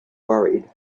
worried